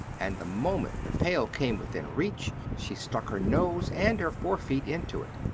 and the moment the pail came within reach, she stuck her nose and her fore feet into it.